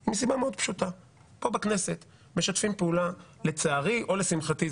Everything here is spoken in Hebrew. היא מסיבה מאוד פשוטה: פה בכנסת משתפים פעולה לצערי או לשמחתי,